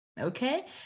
Okay